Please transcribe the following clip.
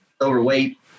overweight